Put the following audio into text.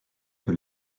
que